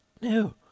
No